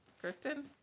Kristen